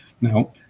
now